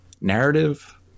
narrative